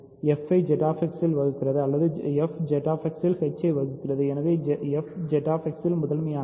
fஐ ZX இல் வகுக்கிறது அல்லதுfZX இல் h ஐ வகுக்கிறது எனவேfZX இல் முதன்மையானது